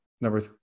number